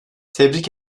tebrik